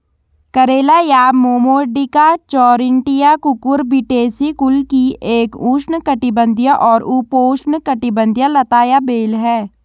करेला या Momordica charantia Cucurbitaceae कुल की एक उष्णकटिबंधीय और उपोष्णकटिबंधीय लता या बेल है